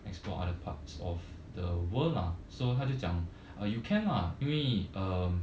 explore other parts of the world lah so 他就讲 uh you can lah 因为 uh